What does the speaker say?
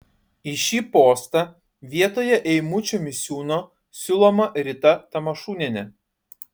į šį postą vietoje eimučio misiūno siūloma rita tamašunienė